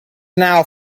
now